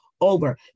over